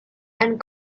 and